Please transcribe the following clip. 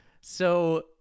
So-